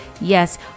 Yes